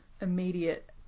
immediate